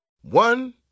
One